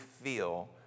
feel